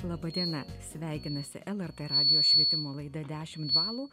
laba diena sveikinasi lrt radijo švietimo laida dešimt balų